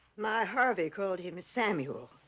my harvey called him samuel.